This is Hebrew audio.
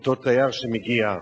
אותו תייר שמגיע,